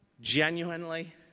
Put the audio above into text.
Genuinely